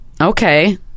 Okay